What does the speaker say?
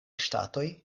ŝtatoj